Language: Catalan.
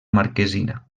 marquesina